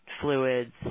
fluids